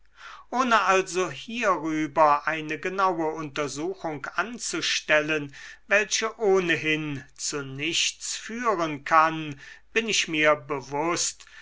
ohne also hierüber eine genaue untersuchung anzustellen welche ohnehin zu nichts führen kann bin ich mir bewußt